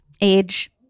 age